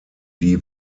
die